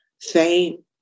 fame